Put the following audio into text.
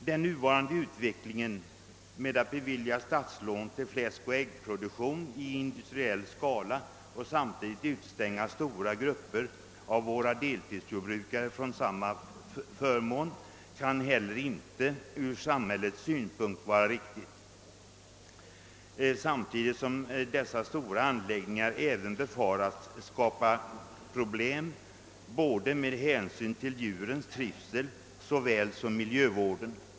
Den nuvarande utvecklingen med att bevilja statslån till fläskoch äggproduktion i industriell skala samtidigt som man utestänger stora grupper av våra deltidsjordbrukare från denna förmån kan heller inte från samhällets synpunkt anses vara riktig. Dessa stora anläggningar befaras också skapa problem vad avser såväl djurens trivsel som miljövården.